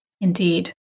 Indeed